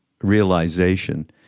realization